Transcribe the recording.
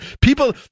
People